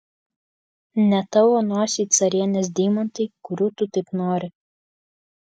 ne tavo nosiai carienės deimantai kurių tu taip nori